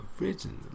Originally